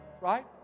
Right